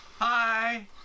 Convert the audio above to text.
Hi